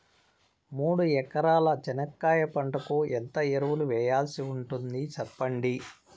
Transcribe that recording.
మూడు ఎకరాల చెనక్కాయ పంటకు ఎంత ఎరువులు వేయాల్సి ఉంటుంది సెప్పండి?